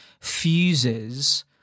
fuses